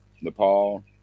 Nepal